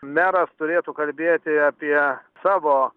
meras turėtų kalbėti apie savo